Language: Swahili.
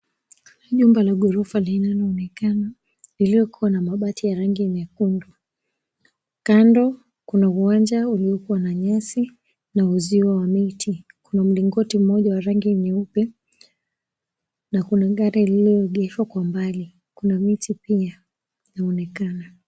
Nyumba la ghorofa linaloonekana liliokuwa na mabati ya rangi nyekundu. Kando kuna uwanja uliokuwa na nyasi na uzio wa miti. Kuna mlingoti mmoja wa rangi nyeupe na kuna gari lilioegeshwa kwa mbali. Kuna miti pia inaonekana.